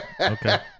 Okay